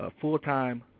full-time